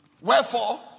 Wherefore